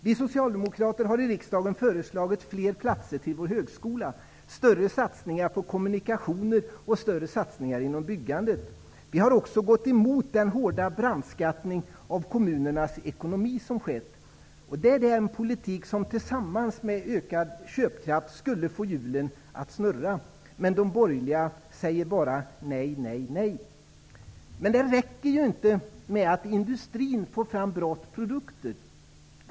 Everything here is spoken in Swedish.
Vi socialdemokrater har i riksdagen föreslagit fler platser till vår högskola, större satsningar på kommunikationer och större satsningar inom byggandet. Vi har också gått emot den hårda brandskattning som skett av kommunernas ekonomi. Det är en politik som tillsammans med ökad köpkraft skulle få hjulen att snurra. Men de borgerliga säger bara nej, nej, nej. Det räcker ju inte med att industrin får fram bra produkter.